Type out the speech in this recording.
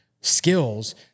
skills